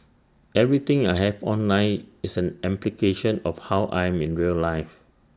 everything I have online is an amplification of how I am in real life